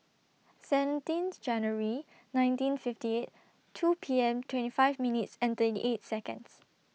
seventeenth January nineteen fifty eight two P M twenty five minutes and thirty eight Seconds